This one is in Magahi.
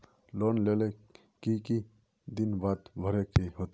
लोन लेल के केते दिन बाद भरे के होते?